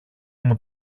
μου